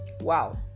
Wow